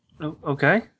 Okay